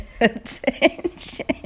attention